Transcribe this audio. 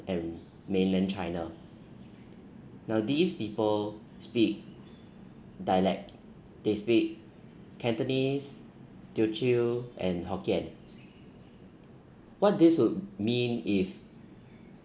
and mainland china now these people speak dialect they speak cantonese teochew and hokkien what this would mean if